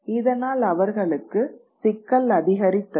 இதனால் அவர்களுக்கு சிக்கல் அதிகரித்தது